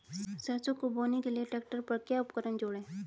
सरसों को बोने के लिये ट्रैक्टर पर क्या उपकरण जोड़ें?